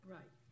Right